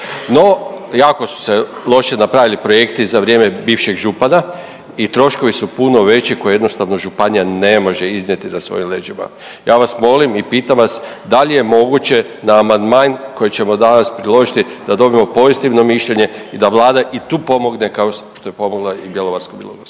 No, jako su se loše napravili projekti za vrijeme bivšeg župana i troškovi su puno veći koje jednostavno županija ne može iznijeti na svojim leđima. Ja vas molim i pitam vas da li je moguće na amandman koji ćemo danas priložili da dobijemo pozitivno mišljenje i da Vlada i tu pomogne kao što je pomogla i Bjelovarsko-bilogorskoj